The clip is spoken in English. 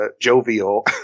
jovial